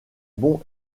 bon